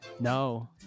No